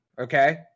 okay